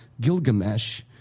Gilgamesh